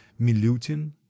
milutin